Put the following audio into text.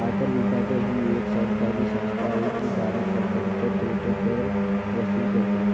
आयकर विभाग ही एक सरकारी संस्था आहे जी भारत सरकारचा थेट कर वसूल करते